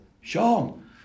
Sean